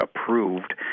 approved